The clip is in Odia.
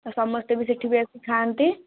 ସମସ୍ତେ ବି ସେଇଠି ବି ଆସି ଖାଆନ୍ତି